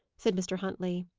said mr. huntley.